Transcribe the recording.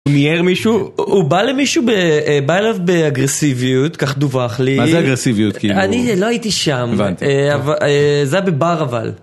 ניער מישהו, הוא בא למישהו ב... בא אליו באגרסיביות, ככה דווח לי. מה זה אגרסיביות? כאילו... אני לא הייתי שם, אבל זה היה בבר אבל.